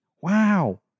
Wow